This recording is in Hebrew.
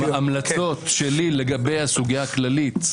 ההמלצות שלי לגבי הסוגיה הכללית: